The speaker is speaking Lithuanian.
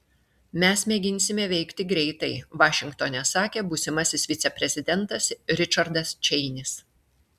mes mėginsime veikti greitai vašingtone sakė būsimasis viceprezidentas ričardas čeinis